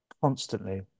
constantly